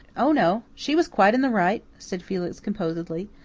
oh, no, she was quite in the right, said felix composedly.